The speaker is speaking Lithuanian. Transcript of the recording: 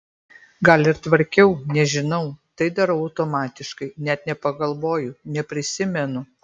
gal ir tvarkiau nežinau tai darau automatiškai net nepagalvoju neprisimenu